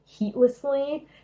heatlessly